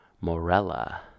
Morella